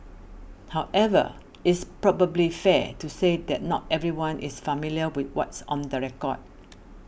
however is probably fair to say that not everyone is familiar with what's on the record